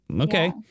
okay